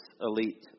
elite